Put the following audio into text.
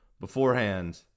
beforehand